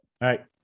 right